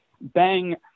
Bang